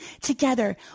Together